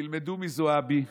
תלמדו מזועבי,